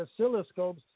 oscilloscopes